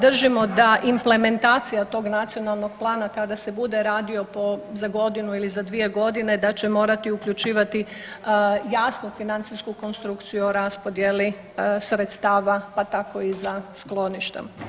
Držimo da implementacija tog nacionalnog plana kada se bude radio za godinu ili za dvije godine, da će morati uključivati jasnu financijsku konstrukciju o raspodjeli sredstava, pa tako i za skloništa.